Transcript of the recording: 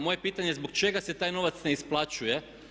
Moje je pitanje zbog čega se taj novac ne isplaćuje?